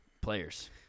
Players